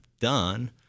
done